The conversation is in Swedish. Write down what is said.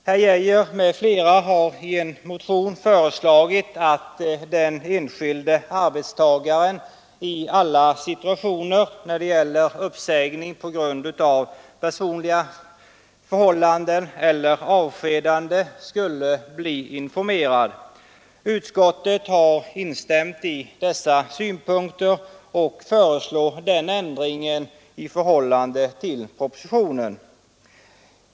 Herr Arne Geijer i Stockholm m.fl. har i en motion föreslagit att den enskilde arbetstagaren i alla situationer, när det gäller uppsägning på grund av personliga förhållanden eller avskedande, skulle bli informerad. Utskottet har instämt i dessa synpunkter och föreslår den ändringen i förhållande till propositionen.